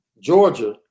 Georgia